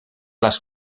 las